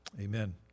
Amen